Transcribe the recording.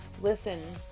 Listen